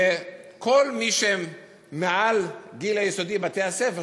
וכל מי שהם מעל גיל היסודי בבתי-הספר,